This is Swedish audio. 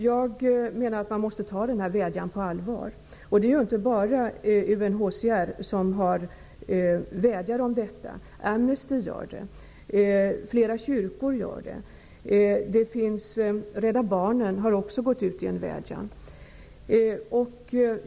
Jag menar att man måste ta flyktingkommissariens vädjan på allvar. Det är inte bara UNHCR som har framfört denna vädjan utan också Amnesty och flera kyrkor. Också Rädda barnen har gått ut med en vädjan.